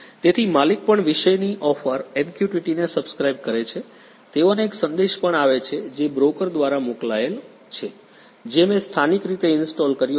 તેથી માલિક પણ વિષયની ઓફર MQTT ને સબ્સ્ક્રાઇબ કરે છે તેઓને એક સંદેશ પણ આવે છે જે બ્રોકર દ્વારા મોકલાયેલ છે જે મેં સ્થાનિક રીતે ઇન્સ્ટોલ કર્યો છે